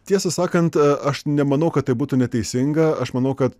tiesą sakant aš nemanau kad tai būtų neteisinga aš manau kad